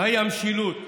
מהי המשילות?